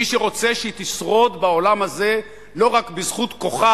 מי שרוצה שהיא תשרוד בעולם הזה לא רק בזכות כוחה